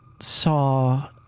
saw